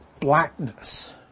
blackness